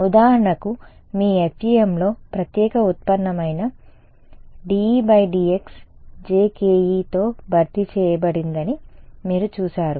ఉదాహరణకు మీ FEMలో ప్రత్యేక ఉత్పన్నమైన dEdx jkEతో భర్తీ చేయబడిందని మీరు చూశారు